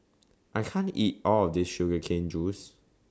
I can't eat All of This Sugar Cane Juice